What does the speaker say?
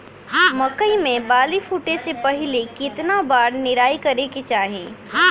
मकई मे बाली फूटे से पहिले केतना बार निराई करे के चाही?